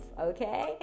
okay